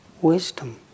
Wisdom